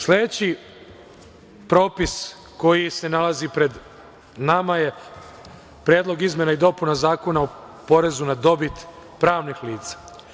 Sledeći propis koji se nalazi pred nama je Predlog izmena i dopuna Zakona o porezu na dobit pravnih lica.